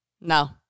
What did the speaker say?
no